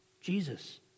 Jesus